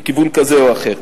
לכיוון כזה או אחר.